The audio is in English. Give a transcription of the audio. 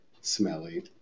smelly